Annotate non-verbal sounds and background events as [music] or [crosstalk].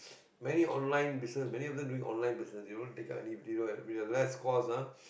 [breath] many online business many of them doing online business they don't take up any they don't have less course ah [breath]